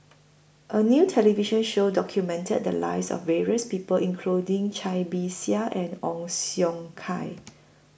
A New television Show documented The Lives of various People including Cai Bixia and Ong Siong Kai